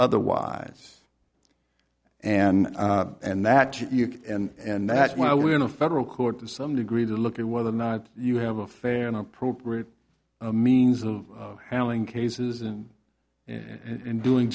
otherwise and and that and that's why we're in a federal court to some degree to look at whether or not you have a fair and appropriate means of handling cases and and in doing